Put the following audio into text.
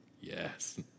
Yes